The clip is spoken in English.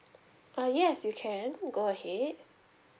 uh yes you can go ahead